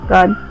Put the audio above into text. God